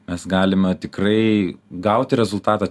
mes galime tikrai gauti rezultatą